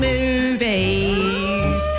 Movies